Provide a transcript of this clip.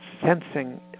sensing